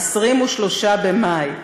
23 במאי.